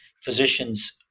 Physicians